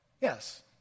Yes